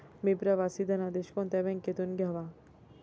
मी प्रवासी धनादेश कोणत्या बँकेतून घ्यावा?